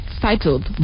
titled